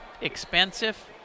expensive